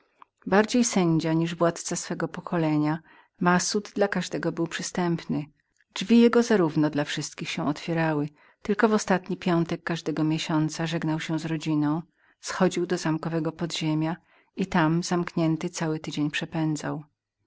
bardziej sędzia niż władzca swego pokolenia massud dla każdego był przystępnym drzwi jego zarówno dla wszystkich się otwierały tylko w ostatni piątek każdego księżyca żegnał się z rodziną schodził do zamkowego podziemia i tam zamknięty cały tydzień przepędzał